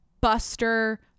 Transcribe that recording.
Buster